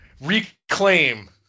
reclaim